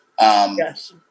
Yes